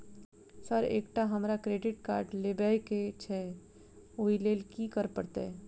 Sir एकटा हमरा credit card लेबकै छैय ओई लैल की करऽ परतै?